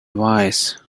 wise